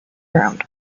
round